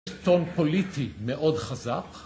סרטון פוליטי מאוד חזק